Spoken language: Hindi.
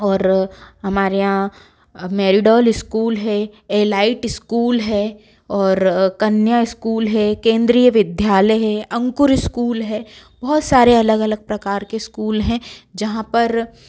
और हमारे यहाँ मैरीडॉल स्कूल है एलाइट स्कूल है और कन्या स्कूल है केंद्रीय विद्यालय है अंकुर स्कूल है बहुत सारे अलग अलग प्रकार के स्कूल हैं जहाँ पर